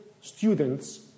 students